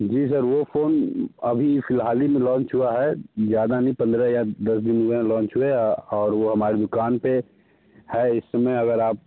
जी sir वो phone अभी फ़िलहाल ही में लॉन्च हुआ है ज़्यादा नहीं पंद्रह या दस दिन हुए हैं लॉन्च हुए और वो हमारी दुकान पे है इस समय अगर आप